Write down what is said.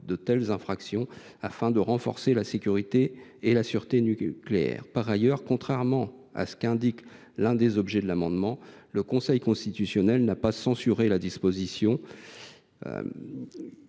de telles infractions, c’est afin de renforcer la sécurité et la sûreté nucléaires. Par ailleurs, contrairement à ce qui figure dans l’objet de l’amendement n° 92, le Conseil constitutionnel n’a pas censuré cette disposition